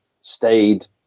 stayed